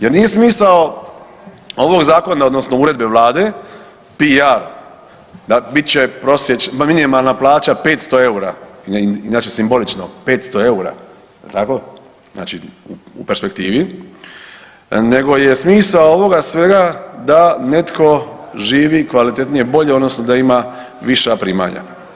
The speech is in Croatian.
Jer nije smisao ovog zakona odnosno uredbe vlade PR da bit će minimalna plaća 500 EUR-a, inače simbolično 500 EUR-a, jel tako znači u perspektivi, nego je smisao ovoga svega da netko živi kvalitetnije, bolje odnosno da ima viša primanja.